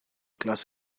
glass